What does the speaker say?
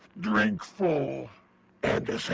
drink full and descend.